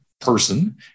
person